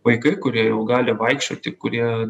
vaikai kurie jau gali vaikščioti kurie